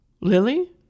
Lily